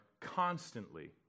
constantly